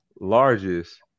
largest –